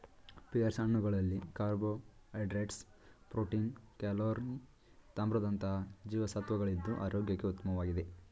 pears ಹಣ್ಣುಗಳಲ್ಲಿ carbohydrates, protein, calorie ತಾಮ್ರದಂತಹ ಜೀವಸತ್ವಗಳಿದ್ದು ಆರೋಗ್ಯಕ್ಕೆ ಉತ್ತಮವಾಗಿದೆ